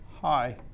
Hi